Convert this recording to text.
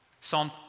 Psalm